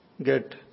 get